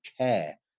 care